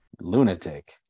lunatic